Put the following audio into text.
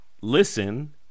listen